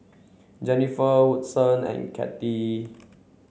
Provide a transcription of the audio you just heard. Jenifer Woodson and Cathi